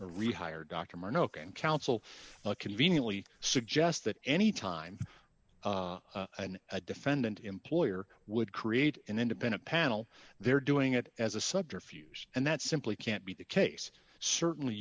rehired dr moreau can counsel conveniently suggest that any time a defendant employer would create an independent panel they're doing it as a subterfuge and that simply can't be the case certainly